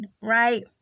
right